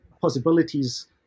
possibilities